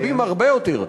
רבים הרבה יותר,